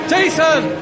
Jason